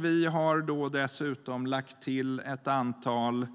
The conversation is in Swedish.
Vi har dessutom lagt till ett antal